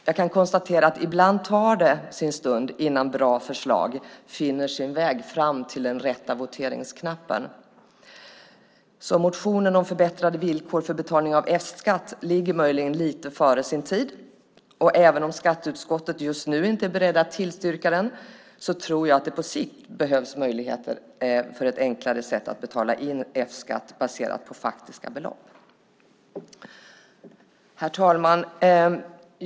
Jag kan konstatera att ibland tar det sin stund innan bra förslag finner sin väg fram till den rätta voteringsknappen, så motionen om förbättrade villkor för betalning av F-skatt ligger möjligen lite före sin tid. Och även om skatteutskottet just nu inte är berett att tillstyrka den, tror jag att det på sikt behövs möjligheter till ett enklare sätt att betala F-skatt baserad på faktiska belopp. Herr talman!